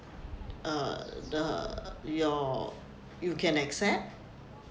uh the your you can accept